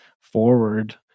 Forward